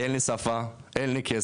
אין לי שפה, אין לי כסף,